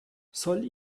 soll